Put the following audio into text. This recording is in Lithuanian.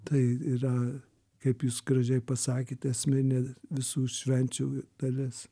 tai yra kaip jūs gražiai pasakėte esminė visų švenčių dalis